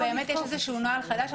באמת יש איזשהו נוהל חדש.